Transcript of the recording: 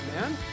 man